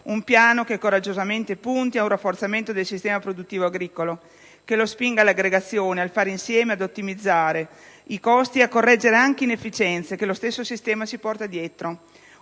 Un piano che coraggiosamente punti ad un rafforzamento del sistema produttivo agricolo, che lo spinga all'aggregazione, al fare insieme, ad ottimizzare i costi e a correggere anche inefficienze che lo stesso sistema si porta dietro.